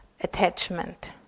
attachment